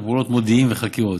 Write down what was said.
פעולות מודיעין וחקירות.